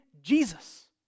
Jesus